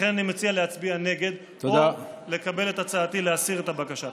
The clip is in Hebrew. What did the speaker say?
לכן אני מציע להצביע נגד או לקבל את הצעתי להסיר את הבקשה.